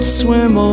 swim